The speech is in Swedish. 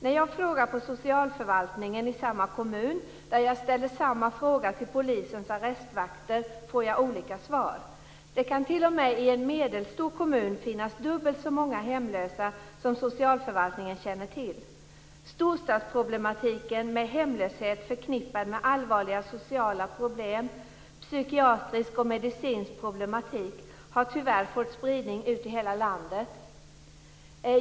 När jag frågar på socialförvaltningen i den kommun där jag ställer samma fråga till polisens arrestvakter får jag olika svar. Det kan t.o.m. i en medelstor kommun finnas dubbelt så många hemlösa som socialförvaltningen känner till. Storstadsproblematiken med hemlöshet förknippad med allvarliga sociala problem, psykiatrisk och medicinsk problematik har tyvärr fått spridning ut i hela landet.